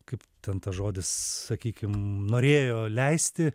kaip ten tas žodis sakykim norėjo leisti